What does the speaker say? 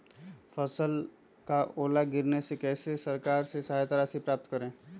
फसल का ओला गिरने से कैसे सरकार से सहायता राशि प्राप्त करें?